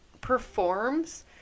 performs